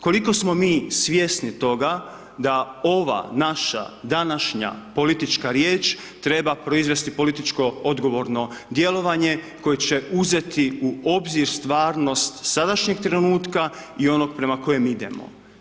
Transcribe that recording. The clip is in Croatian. Koliko smo mi svjesni toga da ova naša današnja politička riječ treba proizvesti političko odgovorno djelovanje koje će uzeti u obzir stvarnost sadašnjeg trenutka i onog prema kojem idemo.